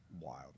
wild